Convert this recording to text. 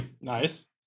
Nice